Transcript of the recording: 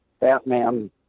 Batman